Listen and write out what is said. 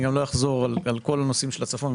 ואני גם לא אחזור על כל הנושאים של הצפון.